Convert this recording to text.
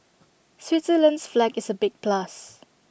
Switzerland's flag is A big plus